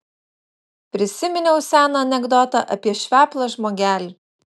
prisiminiau seną anekdotą apie šveplą žmogelį